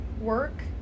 work